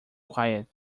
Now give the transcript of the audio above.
quiet